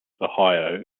ohio